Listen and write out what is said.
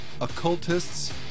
occultists